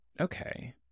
Okay